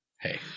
hey